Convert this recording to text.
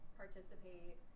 participate